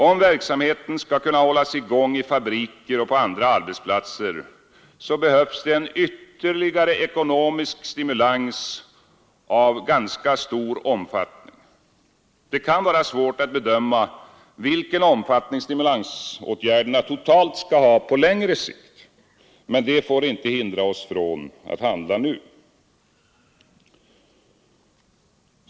Om verksamheten skall kunna hållas i gång i fabriker och på andra arbetsplatser behövs det en ytterligare ekonomisk stimulans av ganska stor omfattning. Det kan vara svårt att bedöma vilken omfattning stimulansåtgärderna totalt skall ha på längre sikt. Men det får inte hindra oss från att handla nu.